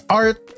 art